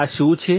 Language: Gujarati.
આ શુ છે